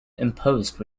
imposed